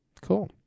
Cool